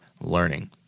learning